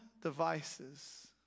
devices